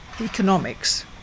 economics